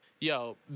Yo